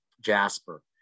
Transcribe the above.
Jasper